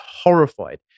horrified